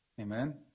Amen